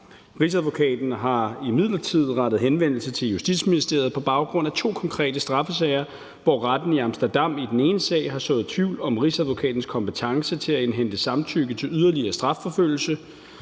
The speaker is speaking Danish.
Rigsadvokaten har imidlertid rettet henvendelse til Justitsministeriet på baggrund af to konkrete straffesager, hvor retten i Amsterdam i den ene sag har sået tvivl om Rigsadvokatens kompetence til at indhente samtykke til yderligere strafforfølgelse,